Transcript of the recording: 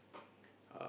um